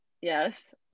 yes